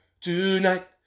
tonight